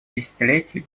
десятилетий